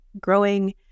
growing